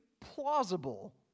plausible